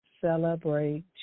celebrate